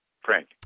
Frank